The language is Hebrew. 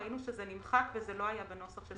ראינו שזה נמחק וזה לא היה בנוסח של